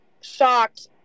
shocked